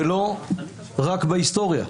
ולא רק בהיסטוריה.